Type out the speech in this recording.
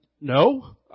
No